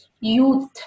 youth